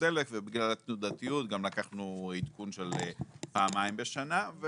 לדלק ובגלל התנודתיות גם לקחנו עדכון של פעמיים בשנה.